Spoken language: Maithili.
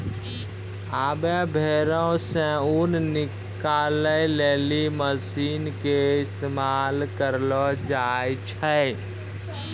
आबै भेड़ो से ऊन निकालै लेली मशीन के इस्तेमाल करलो जाय छै